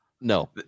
No